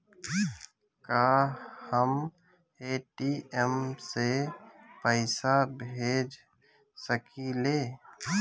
का हम ए.टी.एम से पइसा भेज सकी ले?